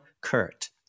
Kurt